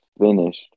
finished